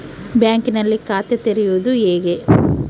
ಬ್ಯಾಂಕಿನಲ್ಲಿ ಖಾತೆ ತೆರೆಯುವುದು ಹೇಗೆ?